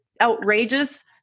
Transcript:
outrageous